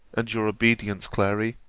and your obedience, clary,